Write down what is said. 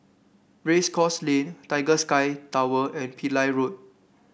Race Course Lane Tiger Sky Tower and Pillai Road